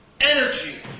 energy